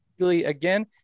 again